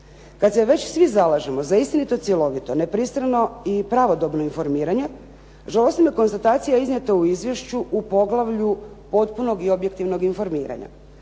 Kad se već svi zalažemo za istinito, cjelovito, nepristrano i pravodobno informiranje žalosti me konstataicja iznijeta u izvješću u poglavlju "Potpunog i objektivnog informiranja".